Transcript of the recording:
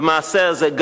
במעשה הזה,